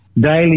daily